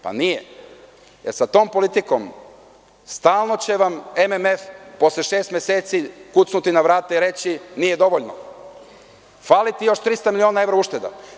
Pa nije, jer sa tom politikom stalno će vam MMF posle šest meseci kucnuti na vrata i reći – nije dovoljno, fali ti još 300 miliona evra ušteda.